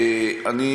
אנשים.